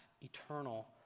eternal